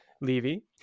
Levy